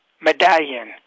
medallion